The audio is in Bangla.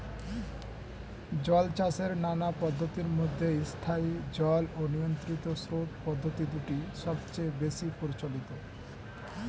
জলচাষের নানা পদ্ধতির মধ্যে স্থায়ী জল ও নিয়ন্ত্রিত স্রোত পদ্ধতি দুটি সবচেয়ে বেশি প্রচলিত